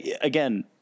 Again